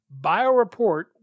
BioReport